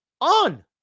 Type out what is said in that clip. on